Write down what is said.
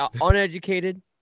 uneducated